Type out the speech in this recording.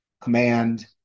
command